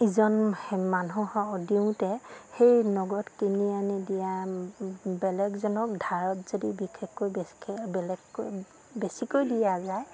ইজন মানুহক দিওঁতে সেই নগদ কিনি আনি দিয়া বেলেগজনক ধাৰত যদি বিশেষকৈ বেলেগকৈ বেছিকৈ দিয়া যায়